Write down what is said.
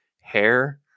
hair